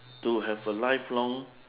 to have a lifelong